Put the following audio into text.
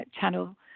channel